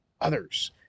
others